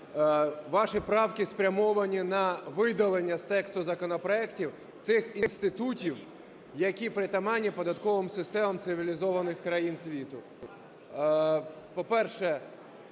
Ваші правки спрямовані на видалення з тексту законопроектів тих інститутів, які притаманні податковим системам цивілізованих країн світу. По-перше,